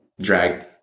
drag